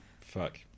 fuck